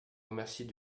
remercie